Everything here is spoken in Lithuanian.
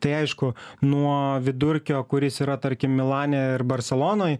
tai aišku nuo vidurkio kuris yra tarkim milane ir barselonoj